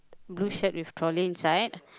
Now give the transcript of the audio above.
blue shirt with trolley inside